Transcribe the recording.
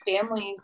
families